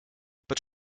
but